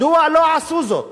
מדוע לא עשו זאת.